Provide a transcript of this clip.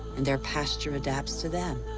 and their pasture adapts to them.